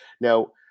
Now